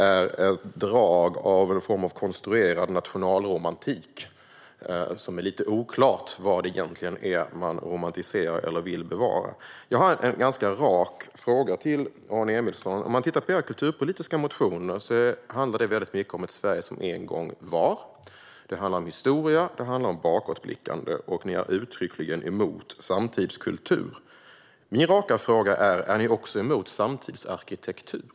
Där finns det drag av någon form av konstruerad nationalromantik, men det är lite oklart vad de egentligen romantiserar eller vill bevara. Jag har en ganska rak fråga till Aron Emilsson. När man tittar på era kulturpolitiska motioner handlar de mycket om ett Sverige som en gång var. De handlar om historia och om bakåtblickande, och ni är uttryckligen emot samtidskultur. Min raka fråga är: Är ni också emot samtidsarkitektur?